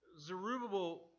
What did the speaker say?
Zerubbabel